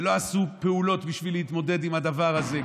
ולא עשו פעולות בשביל להתמודד עם הדבר הזה.